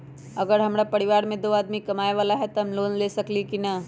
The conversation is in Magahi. अगर हमरा परिवार में दो आदमी कमाये वाला है त हम लोन ले सकेली की न?